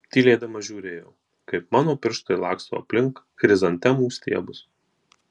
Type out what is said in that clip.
tylėdama žiūrėjo kaip mano pirštai laksto aplink chrizantemų stiebus